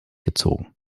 gezogen